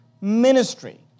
ministry